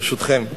ברשותכם.